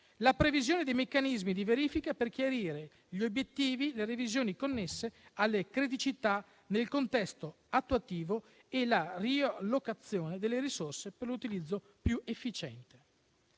la previsione dei meccanismi di verifica per chiarire gli obiettivi e le revisioni connesse alle criticità nel contesto attuativo e la riallocazione delle risorse per l'utilizzo più efficiente.